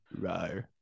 Right